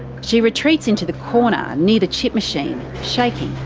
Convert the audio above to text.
she retreats into the corner near the chip machine, shaking.